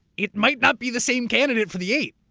it might not be the same candidate for the eight.